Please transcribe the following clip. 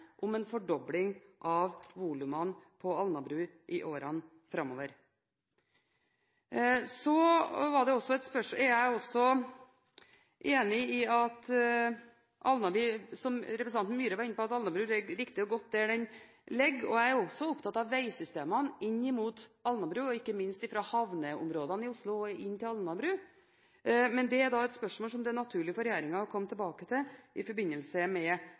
om en fordobling av volumene på Alnabru i årene framover. Så er jeg også enig i, som representanten Myhre var inne på, at Alnabruterminalen ligger riktig og godt der den ligger. Jeg er også opptatt av veisystemene inn mot Alnabru og ikke minst fra havneområdene i Oslo og inn til Alnabru, men det er et spørsmål som det er naturlig for regjeringen å komme tilbake til i forbindelse med